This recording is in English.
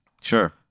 sure